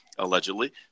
Allegedly